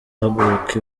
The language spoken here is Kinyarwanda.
ahaguruka